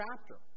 chapter